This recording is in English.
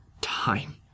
time